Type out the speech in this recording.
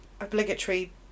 obligatory